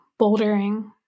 bouldering